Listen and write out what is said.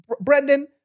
Brendan